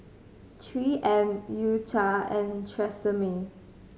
Three M U Cha and Tresemme